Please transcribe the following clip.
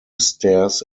stairs